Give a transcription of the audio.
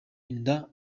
inda